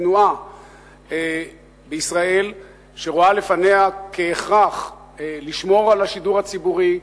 תנועה בישראל שרואה לפניה כהכרח לשמור על השידור הציבורי,